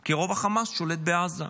כי רוב החמאס שולט בעזה.